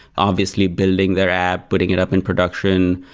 obviously building their app, putting it up in production,